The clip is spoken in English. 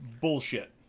Bullshit